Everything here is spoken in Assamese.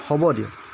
হ'ব দিয়ক